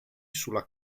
sulla